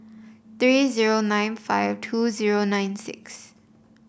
three zero nine five two zero nine six